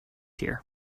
here